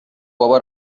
بابا